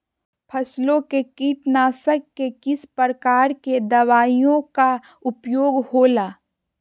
फसलों के कीटनाशक के किस प्रकार के दवाइयों का उपयोग हो ला?